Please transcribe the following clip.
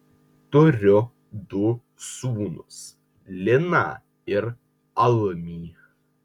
turiu du sūnus liną ir almį